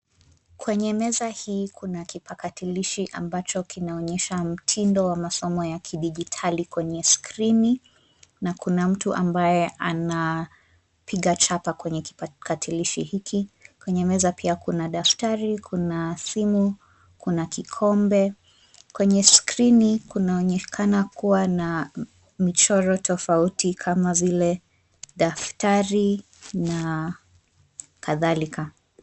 Kwenye meza hii kuna kipakatalishi ambacho kinaonyesha mtindo wa masomo ya kidigitali kwenye skrini na kuna mtu ambaye anapiga chapa kwenye kipakatalishi hiki. Kwenye meza pia kuna daftari, kuna simu, kuna kikombe. Kwenye skrini kunaonekana kuwa na michoro tofauti kama vile daftari na kadhalika.